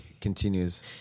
continues